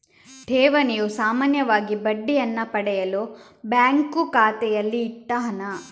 ಠೇವಣಿಯು ಸಾಮಾನ್ಯವಾಗಿ ಬಡ್ಡಿಯನ್ನ ಪಡೆಯಲು ಬ್ಯಾಂಕು ಖಾತೆಯಲ್ಲಿ ಇಟ್ಟ ಹಣ